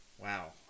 wow